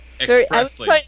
Expressly